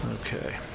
okay